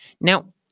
Now